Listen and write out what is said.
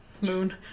Moon